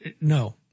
no